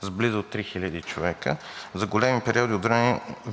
с близо 3 хиляди човека. За големи периоди от